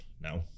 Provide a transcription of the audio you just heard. now